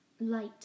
Light